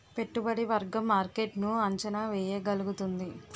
పెట్టుబడి వర్గం మార్కెట్ ను అంచనా వేయగలుగుతుంది